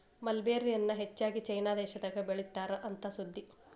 mulberry ಎನ್ನಾ ಹೆಚ್ಚಾಗಿ China ದೇಶದಾಗ ಬೇಳಿತಾರ ಅಂತ ಸುದ್ದಿ